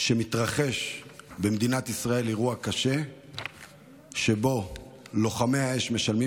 שמתרחש במדינת ישראל אירוע קשה שבו לוחמי האש משלמים